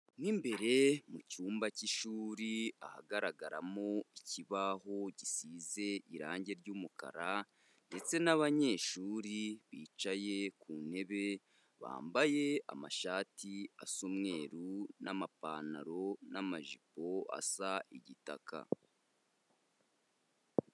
Mo imbere mu cyumba cy'ishuri, ahagaragaramo ikibaho gisize irangi ry'umukara ndetse n'abanyeshuri bicaye ku ntebe, bambaye amashati asa umweru n'amapantaro n'amajipo asa igitaka.